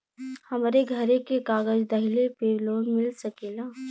हमरे घरे के कागज दहिले पे लोन मिल सकेला?